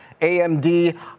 AMD